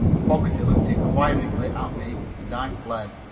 fogerty looked inquiringly at me and i fled.